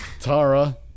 Tara